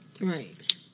Right